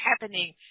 happening